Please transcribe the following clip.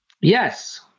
Yes